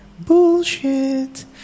bullshit